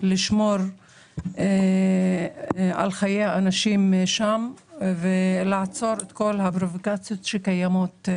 לשמור על חיי האנשים שם ולעצור את כל הפרובוקציות שם.